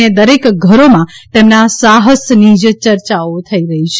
અને દરેક ઘરોમાં તેમના સાહસની જ ચર્ચાઓ થઇ રહી છે